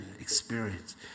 experience